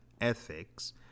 ethics